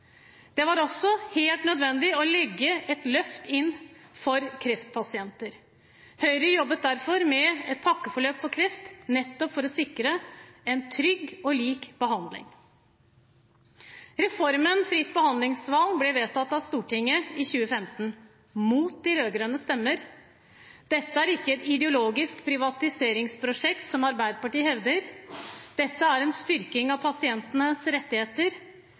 Det var også helt nødvendig å legge inn et løft for kreftpasienter. Høyre jobbet derfor med et pakkeforløp for kreft, nettopp for å sikre trygg og lik behandling. Reformen fritt behandlingsvalg ble vedtatt av Stortinget i 2015, mot de rød-grønnes stemmer. Dette er ikke et ideologisk privatiseringsprosjekt, som Arbeiderpartiet hevder, dette er en styrking av pasientenes rettigheter.